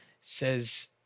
says